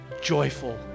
joyful